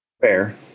Fair